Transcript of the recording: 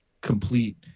complete